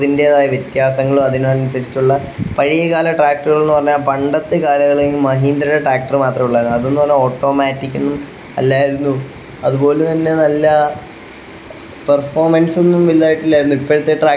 അവിടുത്തെ അധ്യാപകരും വിദ്യാർത്ഥികളും എല്ലാം തന്നെ നല്ല കുട്ടികളാണ് നല്ല ഉന്നത വിജയശതമാനം ഉള്ള സ്കൂളും ആണ് ഞങ്ങളുടെ ജില്ലയിലെ ഏറ്റവും വിജയ ശതമാനമുള്ള സ്കൂളാണ് എൻ്റെ കൂടൽ ഗവൺമെൻ്റ് സ്കൂള് അതുപോലെ തന്നെ നഗരങ്ങൾ